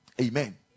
Amen